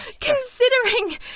considering